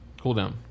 Cooldown